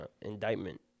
indictment